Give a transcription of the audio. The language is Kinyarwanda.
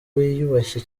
wiyubashye